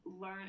learn